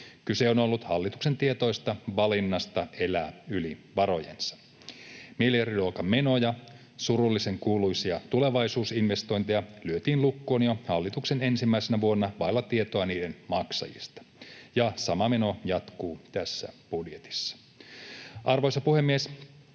Kyse on ollut hallituksen tietoisesta valinnasta elää yli varojensa. Miljardiluokan menoja, surullisenkuuluisia tulevaisuusinvestointeja, lyötiin lukkoon jo hallituksen ensimmäisenä vuonna vailla tietoa niiden maksajista. Ja sama meno jatkuu tässä budjetissa. Arvoisa puhemies!